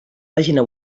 pàgina